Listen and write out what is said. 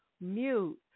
mute